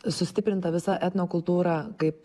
sustiprinta visa etnokultūra kaip